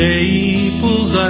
Naples